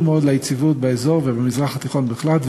מאוד ליציבות באזור ובמזרח התיכון בכלל,